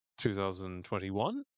2021